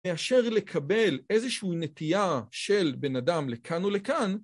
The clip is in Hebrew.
מאשר לקבל איזושהי נטייה של בן אדם לכאן או לכאן.